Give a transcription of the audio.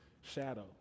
shadow